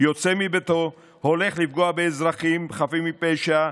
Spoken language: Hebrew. יוצא מביתו, הולך לפגוע באזרחים חפים מפשע,